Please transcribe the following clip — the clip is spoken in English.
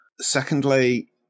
Secondly